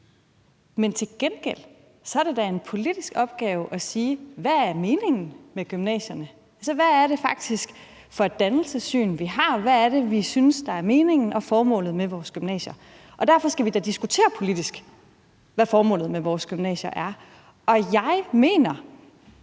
Men til gengæld er det da en politisk opgave at stille spørgsmålet: Hvad er meningen med gymnasierne? Altså, hvad er det faktisk for et dannelsessyn, vi har? Hvad er det, vi synes er meningen og formålet med vores gymnasier? Derfor skal vi da diskutere politisk, hvad formålet med vores gymnasier er. Og jeg mener,